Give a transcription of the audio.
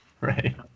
Right